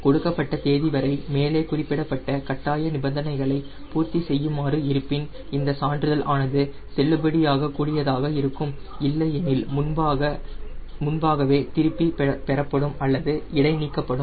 கொடுக்கப்பட்ட தேதிவரை மேலே குறிப்பிடப்பட்ட கட்டாய நிபந்தனைகளை பூர்த்தி செய்யுமாறு இருப்பின் இந்த சான்றிதழ் ஆனது செல்லுபடியாக கூடியதாக இருக்கும் இல்லையெனில் முன்பாகவே திருப்பி பெறப்படும் அல்லது இடை நீக்கப்படும்